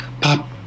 pop